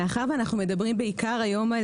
מאחר ואנחנו מדברים היום בעיקר על